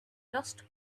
lost